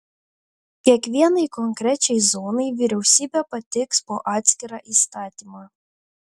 kiekvienai konkrečiai zonai vyriausybė pateiks po atskirą įstatymą